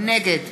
נגד